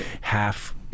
half